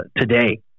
today